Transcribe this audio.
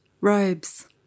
robes